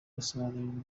basobanurirwa